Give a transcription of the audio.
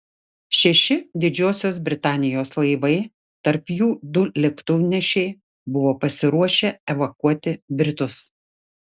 šeši didžiosios britanijos laivai tarp jų du lėktuvnešiai buvo pasiruošę evakuoti britus